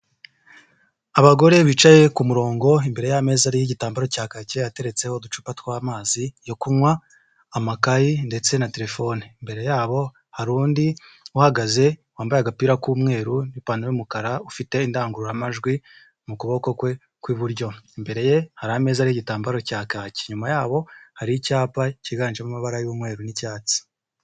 Abagore bicaye ku murongo imbere y'ameza y'igitambaro cya kake ateretseho uducupa tw'amazi yo kunywa, amakayi ndetse na terefone. Imbere yabo hari undi uhagaze wambaye agapira k'umweru n'ipantaro y'umukara ufite indangururamajwi mu kuboko kwe kw'iburyo imbere ye hari ameza ariho igitambaro cya kaki inyuma yabo hari icyapa cyiganjemo amabara y'umweru n'icyatsi.